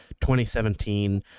2017